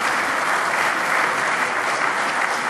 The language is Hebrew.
(מחיאות כפיים)